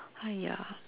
!aiya!